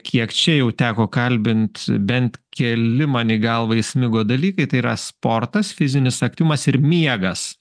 kiek čia jau teko kalbint bent keli man į galvą įsmigo dalykai tai yra sportas fizinis aktyvumas ir miegas